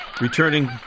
returning